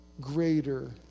greater